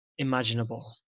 imaginable